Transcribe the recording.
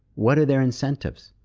what are their incentives?